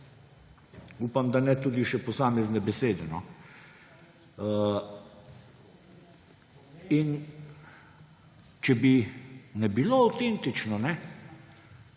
Upam, da ne tudi še posamezne besede. Če ne bi bilo avtentično,